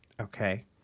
Okay